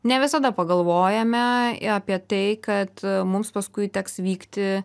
ne visada pagalvojame apie tai kad mums paskui teks vykti